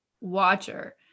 watcher